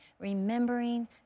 remembering